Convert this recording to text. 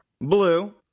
blue